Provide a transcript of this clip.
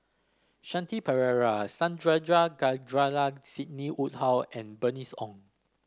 Shanti Pereira Sandrasegaran Sidney Woodhull and Bernice Ong